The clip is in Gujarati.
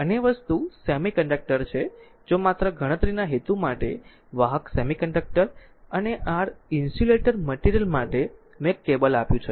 અન્ય વસ્તુ સેમિકન્ડક્ટર છે જો માત્ર ગણતરીના હેતુ માટે વાહક સેમિકન્ડક્ટર અને r ઇન્સ્યુલેટર મટેરિયલ માટે મેં એક ટેબલ આપ્યું છે